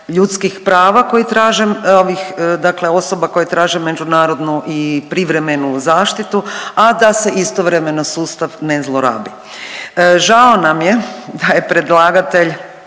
ljudskih prava koji traže, ovih dakle osoba koje traže međunarodnu i privremenu zaštitu, a da se istovremeno sustav ne zlorabi. Žao nam je da je predlagatelj